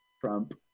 Trump